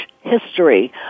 history